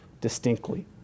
distinctly